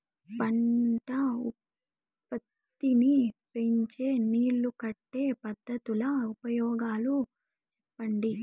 పంట ఉత్పత్తి నీ పెంచే నీళ్లు కట్టే పద్ధతుల ఉపయోగాలు చెప్పండి?